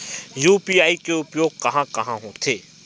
UPI के उपयोग कहां कहा होथे?